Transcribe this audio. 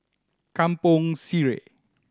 Kampong Sireh